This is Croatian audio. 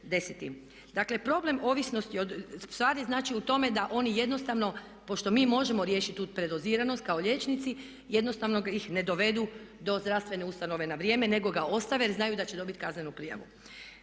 Dakle problem ovisnosti ustvari znači u tome da oni jednostavno pošto mi možemo riješiti tu predoziranost kao liječnici jednostavno ih ne dovedu do zdravstvene ustanove na vrijeme nego ga ostave jer znaju da će dobiti kaznenu prijavu.